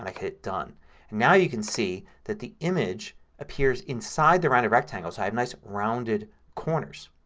like hit done now you can see that the image appears inside the rounded rectangle. so i have nice rounded corners.